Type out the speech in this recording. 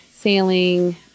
sailing